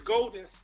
Golden